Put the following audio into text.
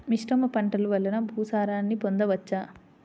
మిశ్రమ పంటలు వలన భూసారాన్ని పొందవచ్చా?